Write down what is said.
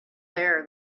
there